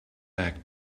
back